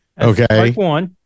Okay